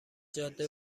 جاده